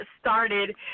started